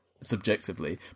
subjectively